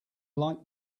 like